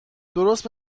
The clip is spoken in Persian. درست